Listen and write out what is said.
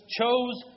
chose